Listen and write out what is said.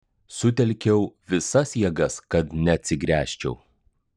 sutelkiau visas jėgas kad neatsigręžčiau